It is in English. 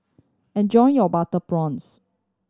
enjoy your butter prawns